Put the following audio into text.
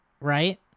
Right